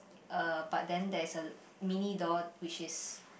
uh but then there is a mini door which is